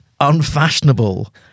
unfashionable